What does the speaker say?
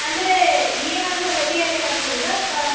ಅಂದರೆ ಏನಾದರೂ ಹೆವಿಯಾಗಿ ಏನಾದ್ರೂ ತಿಂದಿರಾ ಅಥವಾ